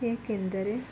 ಏಕೆಂದರೆ